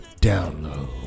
download